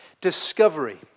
discovery